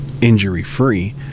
injury-free